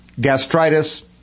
gastritis